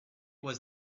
was